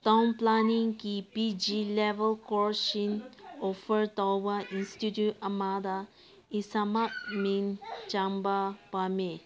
town ꯄ꯭ꯂꯥꯅꯤꯡꯒꯤ P G ꯂꯦꯕꯦꯜ ꯀꯣꯔ꯭ꯁꯁꯤꯡ ꯑꯣꯐꯔ ꯇꯧꯕ ꯏꯟꯁꯇꯤꯇ꯭ꯌꯨꯠ ꯑꯃꯗ ꯏꯁꯥꯃꯛ ꯃꯤꯡ ꯆꯟꯕ ꯄꯥꯝꯃꯤ